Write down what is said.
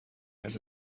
has